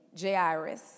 Jairus